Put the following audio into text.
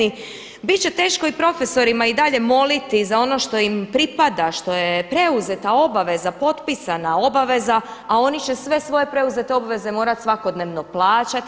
Bit će teško i profesorima i dalje moliti za ono što im pripada, što je preuzeta obaveza, potpisana obaveza, a oni će sve svoje preuzete obveze morat svakodnevno plaćati.